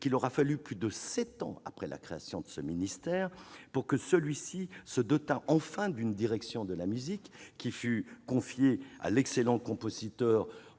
il aura fallu attendre plus de sept ans après la création du ministère pour que celui-ci se dote enfin d'une direction de la musique, confiée à l'excellent compositeur